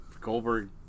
Goldberg